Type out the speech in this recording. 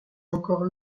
encore